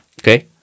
Okay